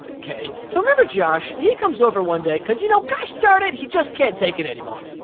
kay. so remember josh? he comes over one day cause, you know, gosh darn it! he just can't take it anymore!